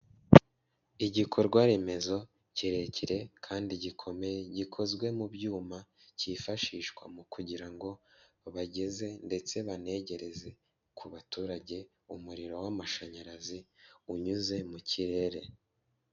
Igikorwa remezo kirekire kandi gikomeye, gikozwe mu byuma cyifashishwa mu kugira ngo bageze ndetse banegereze ku baturage umuriro w'amashanyarazi unyuze mu kirere.